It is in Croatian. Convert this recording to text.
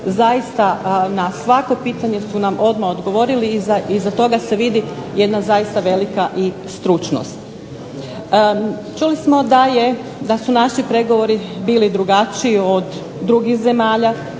zaista na svako pitanje su nam odmah odgovorili i iza toga se vidi jedna zaista velika stručnost. Čuli smo da su naši pregovori bili drugačiji od drugih zemalja,